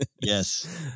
yes